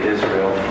Israel